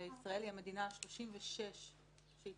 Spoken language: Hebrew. ישראל היא המדינה ה-36 שהצטרפה.